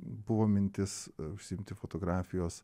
buvo mintis užsiimti fotografijos